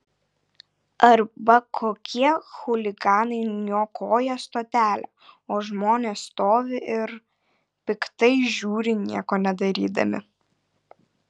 arba kokie chuliganai niokoja stotelę o žmonės stovi ir piktai žiūri nieko nedarydami